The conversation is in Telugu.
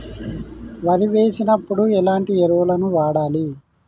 వరి వేసినప్పుడు ఎలాంటి ఎరువులను వాడాలి?